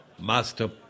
Master